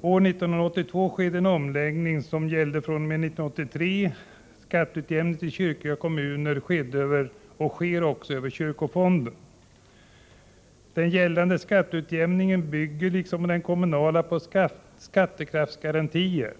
År 1982 skedde en omläggning innebärande att skatteutjämningen för kyrkliga kommuner fr.o.m. 1983 sker över kyrkofonden. Den gällande skatteutjämningen inom kyrkan bygger, liksom den kommunala, på skattekraftsgarantier.